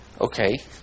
Okay